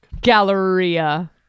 galleria